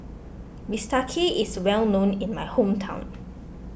Bistake is well known in my hometown